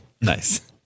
Nice